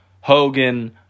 Hogan-